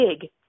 big